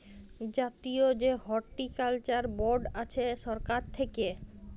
জাতীয় যে horticulture board আছে সরকার থাক্যে